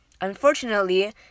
Unfortunately